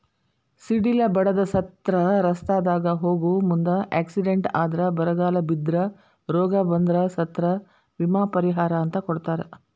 ಸಿಡಿಲ ಬಡದ ಸತ್ರ ರಸ್ತಾದಾಗ ಹೋಗು ಮುಂದ ಎಕ್ಸಿಡೆಂಟ್ ಆದ್ರ ಬರಗಾಲ ಬಿದ್ರ ರೋಗ ಬಂದ್ರ ಸತ್ರ ವಿಮಾ ಪರಿಹಾರ ಅಂತ ಕೊಡತಾರ